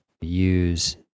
use